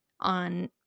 on